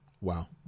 wow